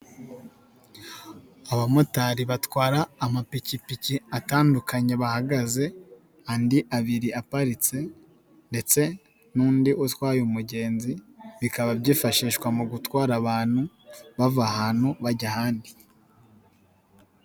Abamotari batwara amapikipiki atandukanye bahagaze, andi abiri aparitse ndetse n'undi utwaye umugenzi bikaba byifashishwa mu gutwara abantu bava ahantu bajya ahandi.